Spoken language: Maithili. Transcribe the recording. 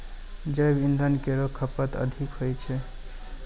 जैव इंधन केरो खपत अधिक होय छै